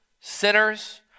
sinners